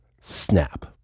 snap